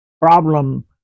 problem